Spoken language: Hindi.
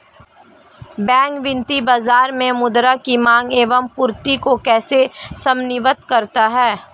बैंक वित्तीय बाजार में मुद्रा की माँग एवं पूर्ति को कैसे समन्वित करता है?